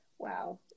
Wow